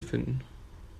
finden